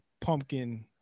pumpkin